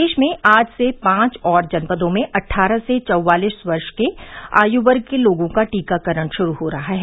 प्रदेश में आज से पांच और जनपदों में अट्ठारह से चौवालीस वर्ष के आयु वर्ग के लोगों का टीकाकरण शुरू हो रहा है